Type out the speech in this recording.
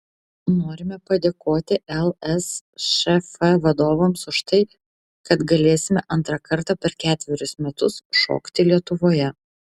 norime padėkoti lsšf vadovams už tai kad galėsime antrą kartą per ketverius metus šokti lietuvoje